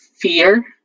fear